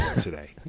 today